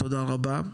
תודה רבה.